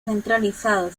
centralizado